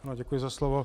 Děkuji za slovo.